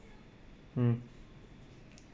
mm